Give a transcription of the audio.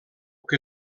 que